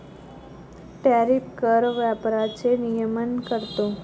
tariff कर व्यापाराचे नियमन करतो